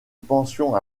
pension